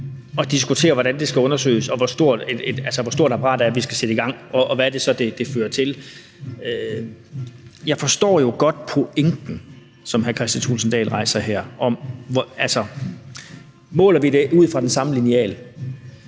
at diskutere, hvordan det skal undersøges, og hvor stort et apparat vi skal sætte i gang, og hvad det så er, det fører til. Jeg forstår jo godt pointen, som hr. Kristian Thulesen Dahl rejser her: Måler vi det ud fra den samme lineal?